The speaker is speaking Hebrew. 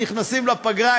נכנסים לפגרה,